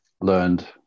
learned